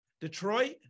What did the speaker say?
Detroit